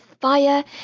fire